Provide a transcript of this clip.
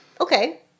okay